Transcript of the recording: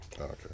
Okay